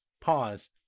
Pause